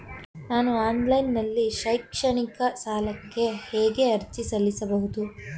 ನಾನು ಆನ್ಲೈನ್ ನಲ್ಲಿ ಶೈಕ್ಷಣಿಕ ಸಾಲಕ್ಕೆ ಹೇಗೆ ಅರ್ಜಿ ಸಲ್ಲಿಸಬಹುದು?